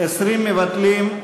20, מבטלים.